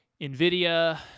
NVIDIA